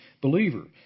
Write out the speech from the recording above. believer